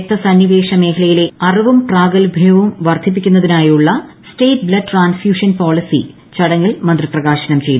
രക്ത സന്നിവേശ മേഖലയിലെ അറിവും പ്രാഗൽഭ്യവും വർധിപ്പിക്കുന്നതിനായുള്ള സ്റ്റേറ്റ് ബ്ലഡ് ട്രാൻസ്ഫ്യൂഷൻ പോളിസി ചടങ്ങിൽ മന്ത്രി പ്രകാശനം ചെയ്തു